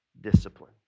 discipline